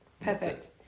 Perfect